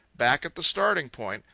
back at the starting-point,